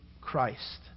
Christ